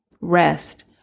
rest